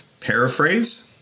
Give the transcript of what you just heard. Paraphrase